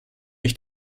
ich